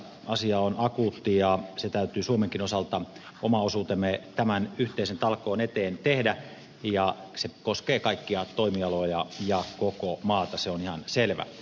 asia on akuutti ja suomenkin täytyy oma osuutensa tämän yhteisen talkoon eteen tehdä ja se koskee kaikkia toimialoja ja koko maata se on ihan selvä